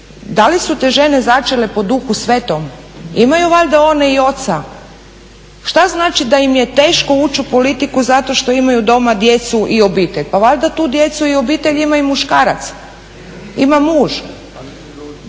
da li su te žene začele po duhu svetom? Imaju valjda oni i oca. Što znači da im je teško ući u politiku zato što imaju doma djecu i obitelj? Pa valjda tu djecu i obitelj ima i muškarac, ima muž.